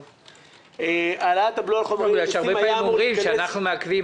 הרבה פעמים אומרים שאנחנו מעכבים.